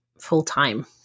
full-time